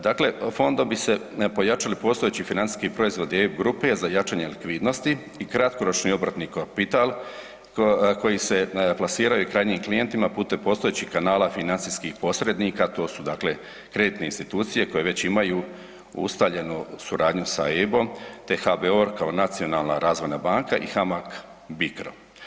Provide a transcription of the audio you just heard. Dakle, fondom bi se pojačali postojeći financijski proizvodi EIB grupe za jačanje likvidnosti i kratkoročni obrtni kapital koji se plasiraju krajnjim klijentima putem postojećih kanala financijskih posrednika to su dakle kreditne institucije koje već imaju ustaljenu suradnju s EIB-om te HBOR kao nacionalna razvojna banka i HAMAG BICRO.